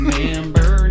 remember